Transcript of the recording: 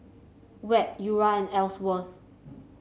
Webb Eura and Ellsworth